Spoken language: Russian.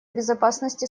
безопасности